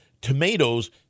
tomatoes